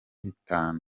bitanu